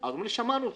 אמרו לי: שמענו אותך.